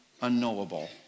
unknowable